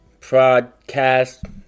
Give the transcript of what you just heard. podcast